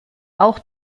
auch